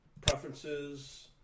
preferences